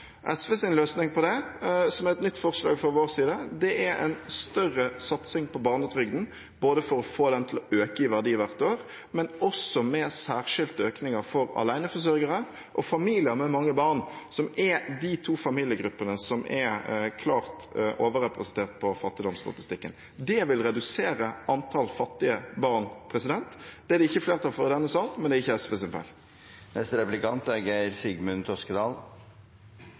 løsning på det, som er et nytt forslag fra vår side, er en større satsing på barnetrygden, få den til å øke i verdi hvert år, og også særskilte økninger for aleneforsørgere og familier med mange barn, som er de to familiegruppene som er klart overrepresentert på fattigdomsstatistikken. Det vil redusere antallet fattige barn. Det er det ikke flertall for i denne sal, men det er ikke